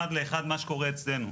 אחד לאחד מה שקורה אצלנו,